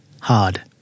hard